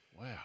Wow